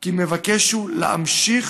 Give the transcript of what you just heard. כי מבקש הוא להמשיך